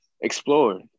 explore